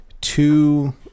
two